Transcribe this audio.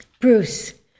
Bruce